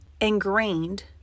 ingrained